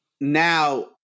now